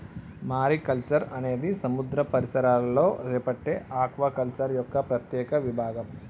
mariculture అనేది సముద్ర పరిసరాలలో చేపట్టే ఆక్వాకల్చర్ యొక్క ప్రత్యేక విభాగం